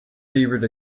fevered